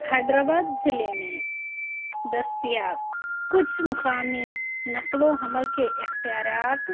حیدرآباد ضلعے میں دستیاب کچھ مقامی نقل و حمل کے اختیارات